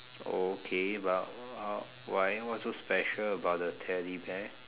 okay but uh why what's so special about the teddy bear